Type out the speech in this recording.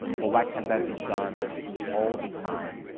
but why can't that be done all the time,